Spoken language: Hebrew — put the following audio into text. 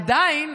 עדיין,